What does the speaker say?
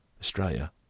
Australia